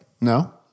No